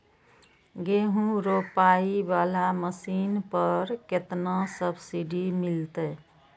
गेहूं रोपाई वाला मशीन पर केतना सब्सिडी मिलते?